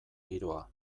giroa